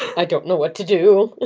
i don't know what to do.